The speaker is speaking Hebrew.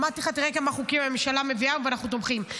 אמרתי לך: תראה כמה חוקים הממשלה מביאה ואנחנו תומכים.